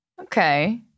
okay